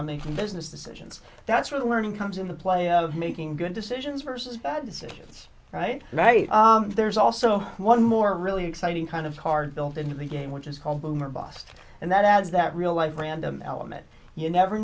can business decisions that's where the learning comes into play of making good decisions versus bad decisions right right there's also one more really exciting kind of hard built into the game which is called boom or bust and that adds that real life random element you never